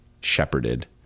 shepherded